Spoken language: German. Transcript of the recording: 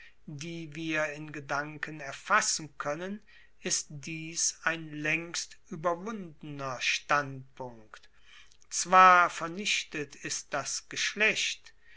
die wir in gedanken erfassen koennen ist dies ein laengst ueberwundener standpunkt zwar vernichtet ist das geschlecht